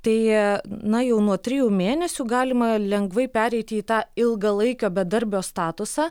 tai na jau nuo trijų mėnesių galima lengvai pereiti į tą ilgalaikio bedarbio statusą